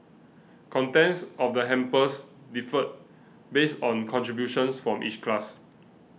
contents of the hampers differed based on contributions from each class